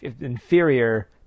inferior